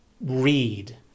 read